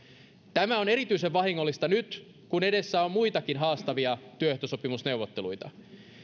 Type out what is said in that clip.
tämä on erityisen vahingollista nyt kun edessä on muitakin haastavia työehtosopimusneuvotteluita